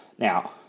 Now